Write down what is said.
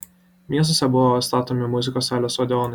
miestuose buvo statomi muzikos salės odeonai